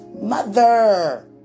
Mother